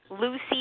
Lucy